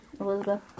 Elizabeth